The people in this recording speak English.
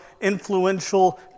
influential